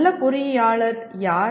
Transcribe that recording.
நல்ல பொறியாளர் யார்